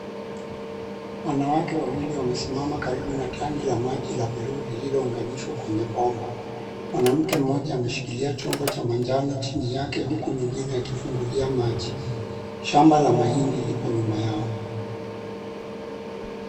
Wanawake wawili wamesimama karibu na tangi la maji la buluu lililounganishwa kwenye bomba. Mwanamke mmoja ameshikilia chombo cha manjano chini yake huku mwingine akifungulia maji. Shamba la mahindi lipo nyuma yao.